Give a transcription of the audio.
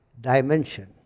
dimension